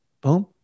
Boom